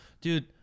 dude